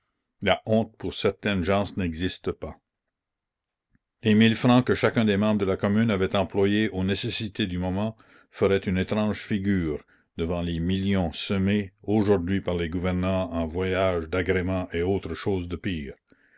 la honte pour certaines gens n'existe pas les mille francs que chacun des membres de la commune avait employés aux nécessités du moment feraient une étrange figure devant les millions semés aujourd'hui par les gouvernants en voyages d'agrément et autres choses de pire